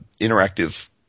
interactive